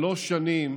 שלוש שנים